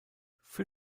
für